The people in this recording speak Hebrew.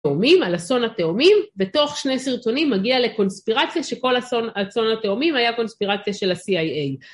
תאומים על אסון התאומים, בתוך שני סרטונים מגיע לקונספירציה שכל אסון על אסון התאומים היה קונספירציה של ה-CIA.